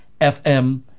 FM